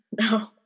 no